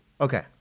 Okay